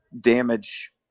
damage